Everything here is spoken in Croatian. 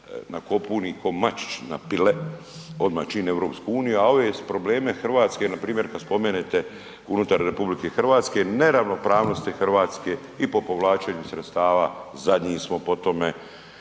nakopuni kao mačić na pile, odmah čim EU-u, ali ove probleme Hrvatske, npr. kad spomene unutar RH, neravnopravnosti Hrvatske i po povlačenju sredstava, zadnji smo po tome